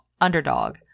underdog